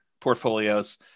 portfolios